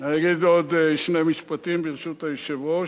אני אגיד עוד שני משפטים, ברשות היושב-ראש.